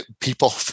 people